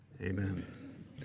amen